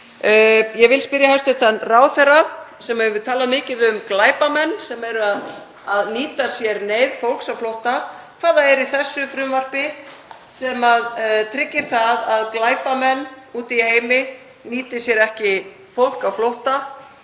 Ég vil spyrja hæstv. ráðherra, sem hefur talað mikið um glæpamenn sem eru að nýta sér neyð fólks á flótta, hvað það er í þessu frumvarpi sem tryggir það að glæpamenn úti í heimi nýti sér ekki fólk á flótta,